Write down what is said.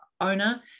owner